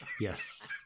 Yes